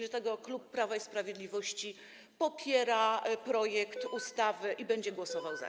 Dlatego klub Prawa i Sprawiedliwości popiera projekt ustawy i będzie głosował za.